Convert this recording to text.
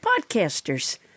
podcasters